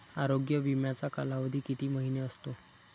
आरोग्य विमाचा कालावधी किती महिने असतो?